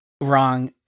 wrong